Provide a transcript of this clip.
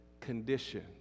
condition